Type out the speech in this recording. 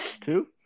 two